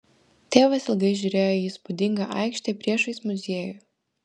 tėvas ilgai žiūrėjo į įspūdingą aikštę priešais muziejų